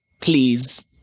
Please